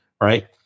Right